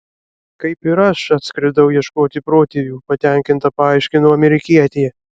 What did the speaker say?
kaip ir aš atskridau ieškoti protėvių patenkinta paaiškino amerikietė